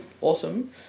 awesome